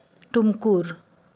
Tumkur